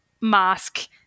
mask